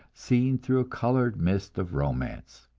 seen through a colored mist of romance.